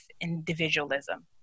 individualism